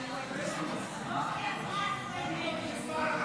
הצעת חוק-יסוד: ישראל מדינת הלאום של העם היהודי (תיקון,